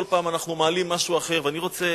כל פעם אנחנו מעלים משהו אחר, ואני רוצה